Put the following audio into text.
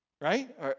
Right